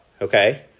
okay